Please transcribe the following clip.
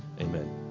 Amen